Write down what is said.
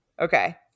Okay